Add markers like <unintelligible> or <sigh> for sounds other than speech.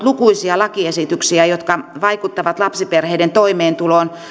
<unintelligible> lukuisia lakiesityksiä jotka vaikuttavat lapsiperheiden toimeentuloon